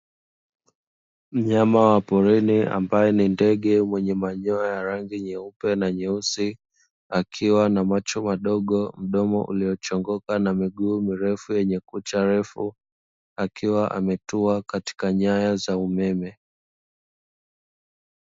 Mnyama wa porini ambaye ni ndege wenye manyoya ya rangi nyeupe na nyeusi, akiwa na macho madogo, mdomo uliochongoka na miguu mirefu yenye kucha refu, akiwa ametua katika nyaya za umeme.